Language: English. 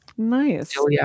nice